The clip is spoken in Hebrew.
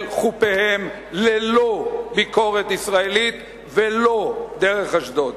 חופיהם ללא ביקורת ישראלית ולא דרך אשדוד.